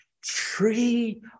tree